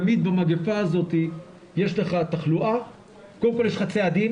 תמיד במגפה הזאת יש קודם כל צעדים,